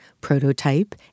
prototype